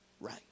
right